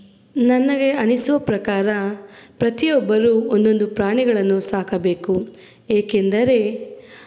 ನನಗೆ ಅನಿಸುವ ಪ್ರಕಾರ ಪ್ರತಿಯೊಬ್ಬರೂ ಒಂದೊಂದು ಪ್ರಾಣಿಗಳನ್ನು ಸಾಕಬೇಕು ಏಕೆಂದರೆ